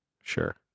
Sure